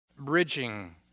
Bridging